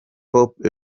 pop